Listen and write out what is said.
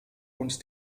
und